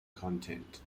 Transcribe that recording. content